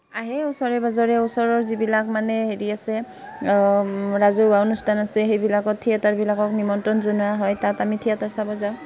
আহে ওচৰে পাজৰে ওচৰৰ যিবিলাক মানে হেৰি আছে ৰাজহুৱা অনুষ্ঠান আছে সেইবিলাকত থিয়েটাৰবিলাকক নিমন্ত্ৰণ জনোৱা হয় তাত আমি থিয়েটাৰ চাব যাওঁ